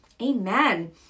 Amen